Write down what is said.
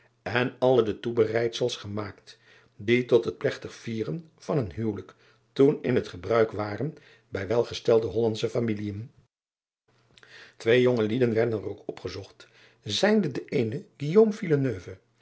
en alle de toebereidsels gemaakt die tot het plegtig vieren van een uwelijk toen in het gebruik waren bij welgestelde ollandsche familien wee jongelieden werden er ook opgezocht zijnde de een